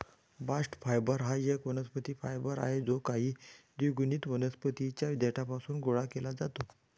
bast fibre हा एक वनस्पती फायबर आहे जो काही द्विगुणित वनस्पतीं च्या देठापासून गोळा केला जातो